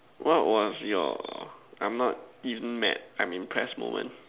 what was your I'm not even mad I'm impressed moment